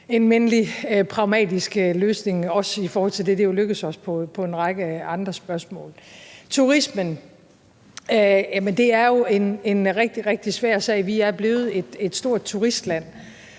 en mindelig, pragmatisk løsning også i forhold til det? Det er jo lykkedes os på en række andre spørgsmål. Turismen er jo en rigtig, rigtig svær sag. Vi er blevet et stort turistland,